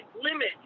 limit